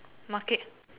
market